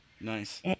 Nice